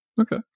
Okay